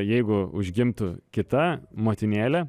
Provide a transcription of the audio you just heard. jeigu užgimtų kita motinėlė